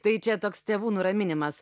tai čia toks tėvų nuraminimas